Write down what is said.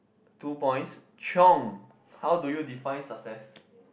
two points chiong how do you define success